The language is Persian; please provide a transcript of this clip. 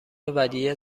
ودیعه